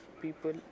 people